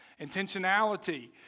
intentionality